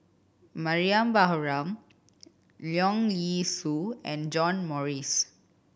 Mariam Baharom Leong Yee Soo and John Morrice